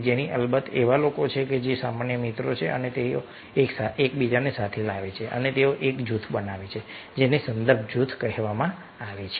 તેથી અલબત્ત એવા લોકો છે જે સામાન્ય મિત્રો છે તેથી તેઓ એક સાથે આવે છે અને તેઓ એક જૂથ બનાવે છે જેને સંદર્ભ જૂથ કહેવામાં આવે છે